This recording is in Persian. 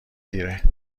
دیره